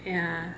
ya